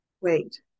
wait